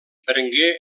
prengué